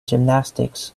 gymnastics